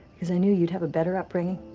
because i knew you'd have a better upbringing,